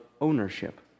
ownership